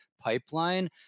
pipeline